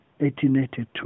1882